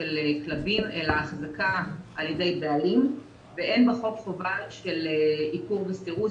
של כלבים אלא החזקה על ידי בעלים ואין בחוק חובה של עיקור וסירוס,